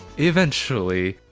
eventually.